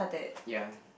ya